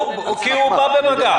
כי הוא בא במגע.